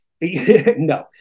No